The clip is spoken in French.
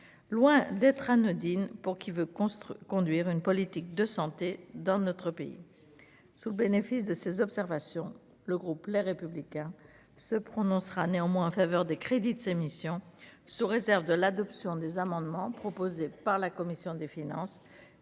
loin d'être anodine pour qui veut construire, conduire une politique de santé dans notre pays sous le bénéfice de ces observations, le groupe les Républicains se prononcera néanmoins en faveur des crédits d'émission sous réserve de l'adoption des amendements proposés par la commission des finances